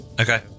Okay